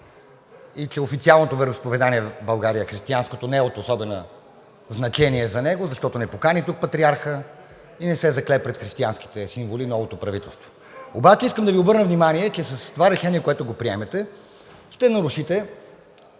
и официалното вероизповедание в България – християнското, не е от особено значение за него, защото не покани тук патриарха и новото правителство не се закле пред християнските символи. Обаче искам да Ви обърна внимание, че с това решение, което ще приемете, ще нарушите